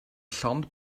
llond